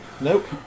Nope